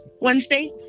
Wednesday